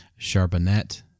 Charbonnet